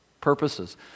purposes